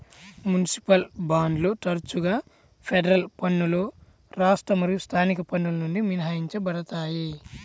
municipal బాండ్లు తరచుగా federal పన్నులు రాష్ట్ర మరియు స్థానిక పన్నుల నుండి మినహాయించబడతాయి